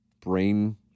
brain